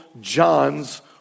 John's